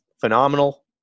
phenomenal